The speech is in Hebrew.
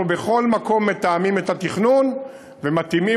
אנחנו בכל מקום מתאמים את התכנון ומתאימים